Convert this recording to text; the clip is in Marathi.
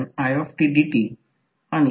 या बाजूचा करंट i1 आहे ही करंट i2 आहे